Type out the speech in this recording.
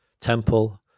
temple